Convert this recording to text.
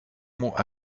mots